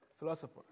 Philosopher